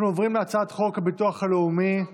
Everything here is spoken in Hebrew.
אנחנו עוברים להצעת חוק הביטוח הלאומי (תיקון,